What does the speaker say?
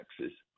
taxes